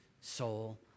soul